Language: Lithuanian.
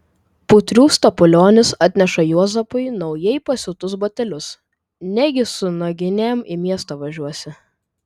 putrių stapulionis atneša juozapui naujai pasiūtus batelius negi su naginėm į miestą važiuosi